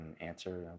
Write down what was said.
answer